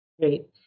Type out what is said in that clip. Great